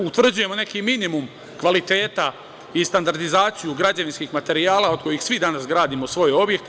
Utvrđujemo neki minimum kvaliteta i standardizaciju građevinskih materijala od kojih svi danas gradimo svoje objekte.